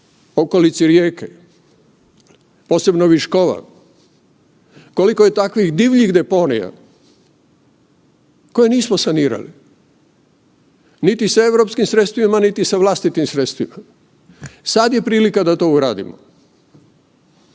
okolici Rijeke, posebno Viškova, koliko je takvih divljih deponija koje nismo sanirali niti sa europskim sredstvima niti sa vlastitim sredstvima. Sada je prilika da to uradimo.